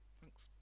Thanks